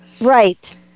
Right